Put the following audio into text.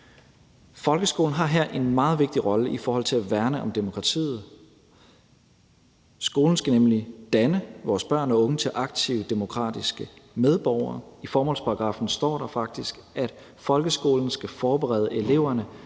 Folkeskolen har her en meget vigtig rolle i forhold til at værne om demokratiet. Skolen skal nemlig danne vores børn og unge til at blive aktive demokratiske medborgere. I formålsparagraffen står der faktisk: »Folkeskolen skal forberede eleverne